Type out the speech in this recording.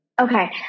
Okay